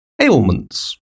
ailments